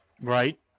Right